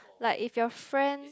like if your friend